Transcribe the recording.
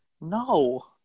No